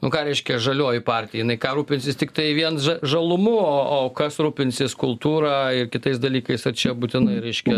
nu ką reiškia žalioji partija jinai ką rūpinsis tiktai vien žalumu o o kas rūpinsis kultūra ir kitais dalykais ar čia būtinai reiškia